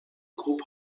groupes